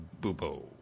bubo